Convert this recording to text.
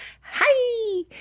hi